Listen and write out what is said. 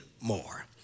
more